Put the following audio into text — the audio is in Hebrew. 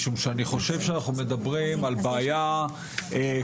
משום שאני חושב שאנחנו מדברים על בעיה כללית